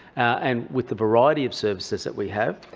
and with the variety of services that we have.